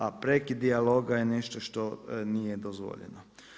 A prekid dijaloga je nešto što nije dozvoljeno.